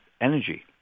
energy